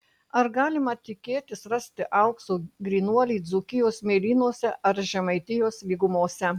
ar galima tikėtis rasti aukso grynuolį dzūkijos smėlynuose ar žemaitijos lygumose